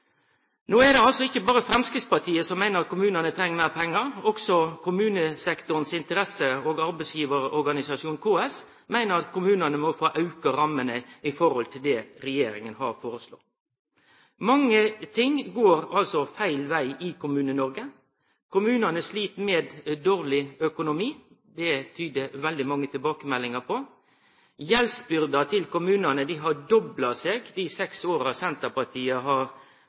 No er det altså ikkje berre Framstegspartiet som meiner at kommunane treng meir pengar. Også kommunesektorens interesse- og arbeidsgivarorganisasjon, KS, meiner at kommunane må få auka rammene i forhold til det regjeringa har foreslått. Mykje går feil veg i Kommune-Noreg. Kommunane slit med dårleg økonomi. Det tyder veldig mange tilbakemeldingar på. Gjeldsbyrda til kommunane har dobla seg dei seks åra Senterpartiet har